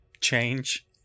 change